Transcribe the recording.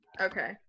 Okay